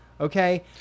Okay